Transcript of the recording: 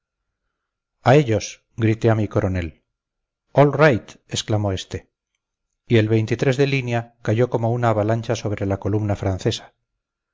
a ellos grité a mi coronel all right exclamó este y el de línea cayó como una avalancha sobre la columna francesa